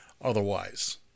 otherwise